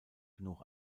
genug